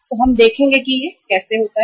तो हम देखेंगे कि यह कैसे होता है